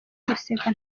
guseka